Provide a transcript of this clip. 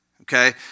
okay